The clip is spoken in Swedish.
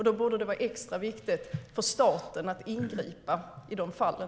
Det borde vara extra viktigt för staten att ingripa i de fallen.